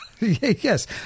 Yes